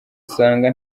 usanga